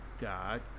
God